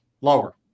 Lower